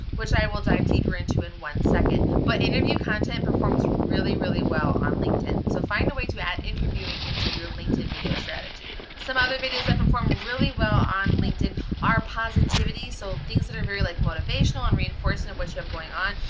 which i will dive deeper into in one second. but interview content performs really really well on linkedin, so find a way to add interviewing into your linkedin video strategy. some other videos that perform really well on linkedin are positivity, so things that are very like motivational on reinforcement of what you have going on.